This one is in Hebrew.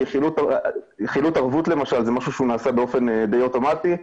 כי חילוט ערבות למשל זה משהו שנעשה באופן די אוטומטי,